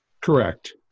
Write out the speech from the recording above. Correct